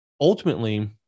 ultimately